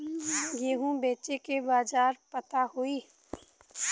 गेहूँ बेचे के बाजार पता होई?